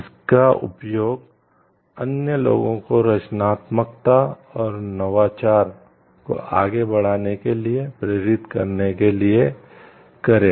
इसका उपयोग अन्य लोगों को रचनात्मकता और नवाचार को आगे बढ़ाने के लिए प्रेरित करने के लिए करें